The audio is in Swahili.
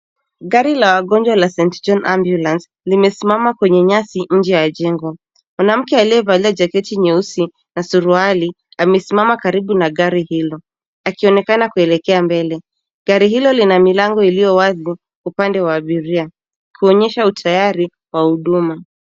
Gari la wagonjwa la St John's Ambulance limesimama kwenye nyasi nje ya jengo. Mwanamke aliye valia jaketi nyeusi na suruali amesimama karibu na gari hilo akionekana kuelekea mbele. Gari hilo Lina Milango iliyo wazi upande wa abiria kuonyesha utayari wa huduma.